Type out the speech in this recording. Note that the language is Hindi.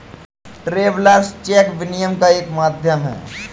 ट्रैवेलर्स चेक विनिमय का एक माध्यम है